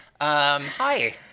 Hi